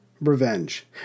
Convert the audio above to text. revenge